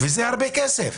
וזה הרבה כסף.